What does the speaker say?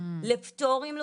לפטורים לאוכלוסיות.